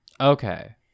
Okay